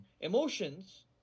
Emotions